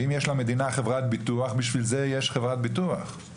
אם יש למדינה חברת ביטוח, בשביל זה יש חברת ביטוח.